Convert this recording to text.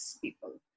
people